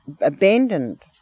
abandoned